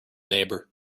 neighbour